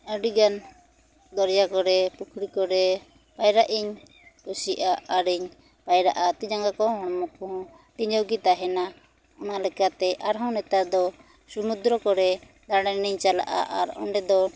ᱟᱹᱰᱤ ᱜᱟᱱ ᱫᱚᱨᱭᱟ ᱠᱚᱨᱮ ᱯᱩᱠᱷᱤᱨᱤ ᱠᱚᱨᱮ ᱯᱟᱭᱨᱟᱜ ᱤᱧ ᱠᱩᱥᱤᱜᱼᱟ ᱟᱨᱤᱧ ᱯᱟᱭᱨᱟᱜᱼᱟ ᱛᱤ ᱡᱟᱜᱟ ᱠᱚᱦᱚᱸ ᱦᱚᱲᱢᱚ ᱠᱚᱦᱚᱸ ᱛᱤᱧᱟᱹᱜ ᱜᱮ ᱛᱟᱦᱮᱱᱟ ᱚᱱᱟ ᱞᱮᱠᱟ ᱛᱮ ᱟᱨᱦᱚᱸ ᱱᱮᱛᱟᱨ ᱫᱚ ᱥᱩᱢᱩᱫᱨᱚ ᱠᱚᱨᱮ ᱫᱟᱬᱟᱱᱤᱧ ᱪᱟᱞᱟᱜᱼᱟ ᱟᱨ ᱚᱸᱰᱮ ᱫᱚ